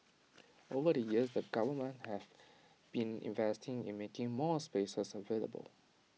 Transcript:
over the years the government have been investing in making more spaces available